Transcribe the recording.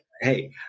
hey